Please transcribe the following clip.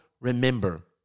remember